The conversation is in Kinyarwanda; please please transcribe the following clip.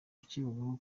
uwakekwagaho